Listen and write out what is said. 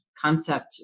concept